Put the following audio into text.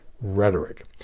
Rhetoric